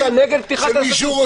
אתה נגד פתיחת העסקים.